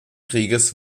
krieges